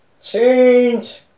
Change